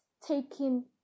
taking